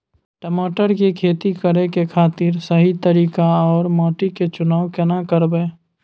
टमाटर की खेती करै के खातिर सही तरीका आर माटी के चुनाव केना करबै?